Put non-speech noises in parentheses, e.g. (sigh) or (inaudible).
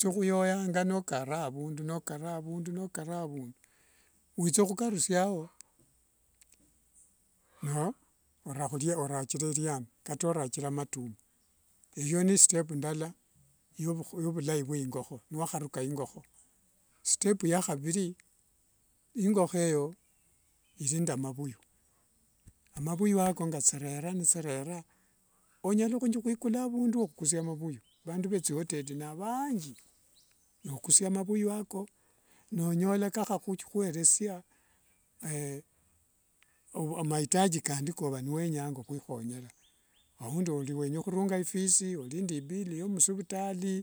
Thukayoyanga nakara avundu nokara avundu nokara avundu. Withaukarusiao (unintelligible) orahu orathira eniani kata orathira matumwa eyo n step ndala yevu yevulai vy ingokho niwaharukaa ingokho. step ya khaviri niwaharukaa ingokho eyo iri nde mavuyu, amavuyu ako ngathirere nithirera onyala khuenya hwikula avundu wahukusia mavuyu vandu vaa thiwoteli navaanji nokusia mavuyu ako nonyola nkakhahueresia (unintelligible) mahitaji kandi kovaniwenyanga hwikhonyera aundi ori ova niwenyanga khurunga ifisi, ori nende ibill ya musivitalii,